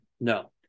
No